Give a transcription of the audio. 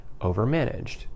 overmanaged